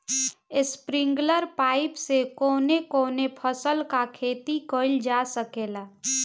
Sprinkler pipe से कवने कवने फसल क खेती कइल जा सकेला?